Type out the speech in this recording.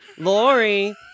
Lori